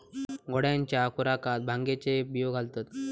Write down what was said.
घोड्यांच्या खुराकात भांगेचे बियो घालतत